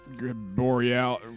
Boreal-